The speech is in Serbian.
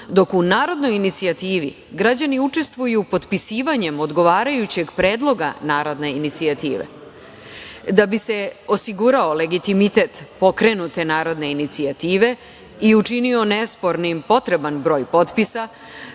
dok u narodnoj inicijativi građani učestvuju potpisivanjem odgovarajućeg predloga narodne inicijative. Da bi se osigurao legitimitet pokrenute narodne inicijative i učinio nespornim potreban broj potpisa,